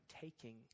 taking